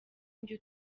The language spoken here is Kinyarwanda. njye